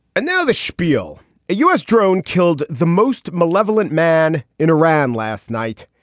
and now the schpiel a u s. drone killed the most malevolent man in iran last night.